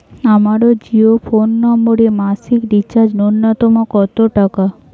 আমার জিও ফোন নম্বরে মাসিক রিচার্জ নূন্যতম কত টাকা?